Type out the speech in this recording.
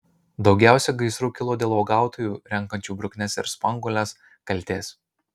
daugiausiai gaisrų kilo dėl uogautojų renkančių bruknes ir spanguoles kaltės